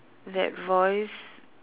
that voice